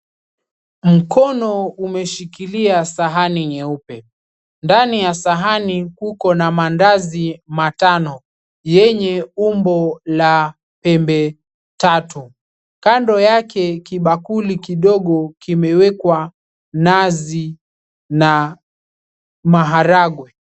Mkono umeshikilia sahani nyeupe ndani ya sahani kuna mandazi matano yenye umbo la pembe tatu kado yake kuna kibakuli kidogo kimewekwa nazi na maharagwe.